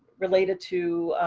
related to.